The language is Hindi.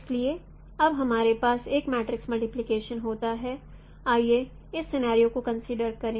इसलिए जब हमारे पास एक मैट्रिक्स मल्टीप्लिकेशन होता है आइए इस सीनरिओ को कंसीडर करें